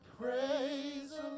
Praise